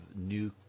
new